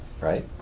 right